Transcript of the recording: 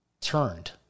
turned